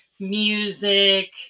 music